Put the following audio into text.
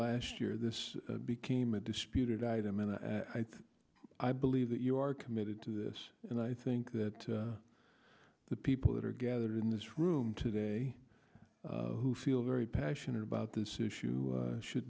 last year this became a disputed item and i think i believe that you are committed to this and i think that the people that are gathered in this room today who feel very passionate about this issue should